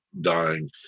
dying